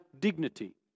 dignity